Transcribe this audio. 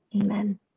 Amen